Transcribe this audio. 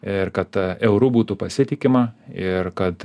ir kad euru būtų pasitikima ir kad